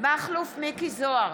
מכלוף מיקי זוהר,